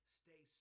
stay